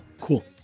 Cool